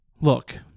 Look